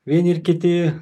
vieni ir kiti